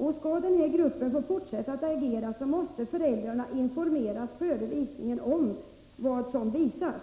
Om gruppen skall få fortsätta att agera, måste föräldrarna före föreställningarna informeras om vad som skall visas.